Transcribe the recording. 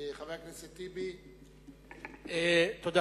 כבוד השר,